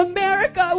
America